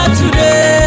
today